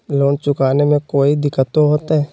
Loan चुकाने में कोई दिक्कतों होते?